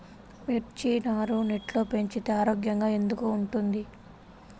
మిర్చి నారు నెట్లో పెంచితే ఆరోగ్యంగా ఎందుకు ఉంటుంది?